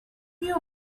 view